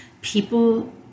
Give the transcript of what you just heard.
People